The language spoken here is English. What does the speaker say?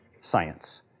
science